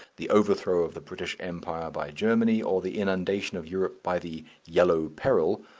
the overthrow of the british empire by germany, or the inundation of europe by the yellow peril,